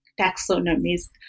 taxonomies